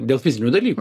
dėl fizinių dalykų